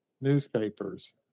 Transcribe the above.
newspapers